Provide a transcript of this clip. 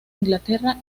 inglaterra